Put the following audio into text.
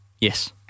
Yes